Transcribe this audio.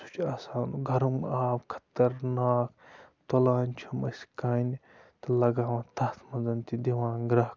سُہ چھُ آسان گَرم آب خطرناک تُلان چھِ یِم أسۍ کانہِ تہٕ لَگاوان تَتھ منٛز تہِ دِوان گَرٛکھ